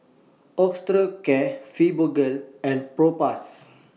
Osteocare Fibogel and Propass